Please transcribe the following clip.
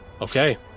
Okay